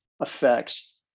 effects